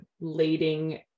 leading